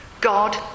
God